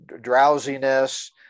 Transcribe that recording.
drowsiness